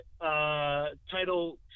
title